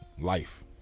life